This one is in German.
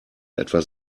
etwas